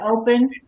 open